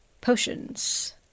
potions